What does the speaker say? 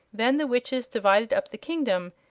then the witches divided up the kingdom,